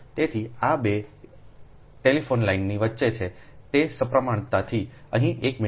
તેથી આ આ બે ટેલિફોન લાઇનની વચ્ચે છે તે સપ્રમાણતાથી અહીં 1 મીટર છે અહીંથી તે 1